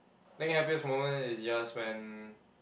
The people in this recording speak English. think happiest moment is just when